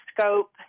scope